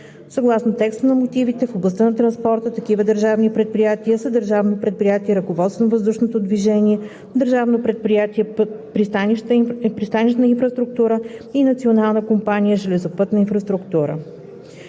Съгласно текста на мотивите в областта на транспорта такива държавни предприятия са Държавното предприятие „Ръководство на въздушното движение“, Държавното предприятие „Пристанищна инфраструктура“ и Националната компания „Железопътна инфраструктура“.